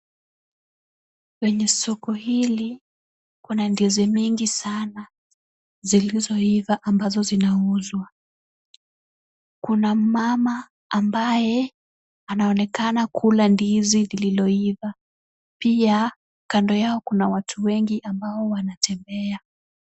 Kwenye soko hili kuna ndizi mingi sana zilizoiva ambazo zinauzwa. Kuna mama ambaye anaonekana kula ndizi lililoiva. Pia kando yao kuna watu wengi ambao wanatembea.